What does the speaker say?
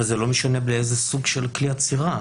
אבל זה לא משנה באיזה סוג של כלי אצירה.